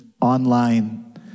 online